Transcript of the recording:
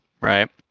right